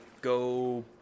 go